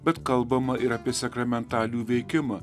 bet kalbama ir apie sakramentalijų veikimą